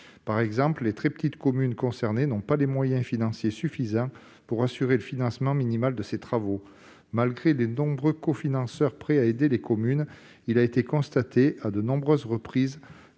Par exemple, les très petites communes n'ont pas les moyens financiers suffisants pour assurer le financement minimal de ces travaux. Malgré les nombreux cofinanceurs prêts à aider les communes, il a été constaté, à de nombreuses reprises,